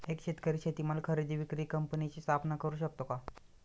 एक शेतकरी शेतीमाल खरेदी विक्री कंपनीची स्थापना करु शकतो का?